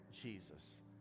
Jesus